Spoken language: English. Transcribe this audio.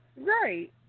Right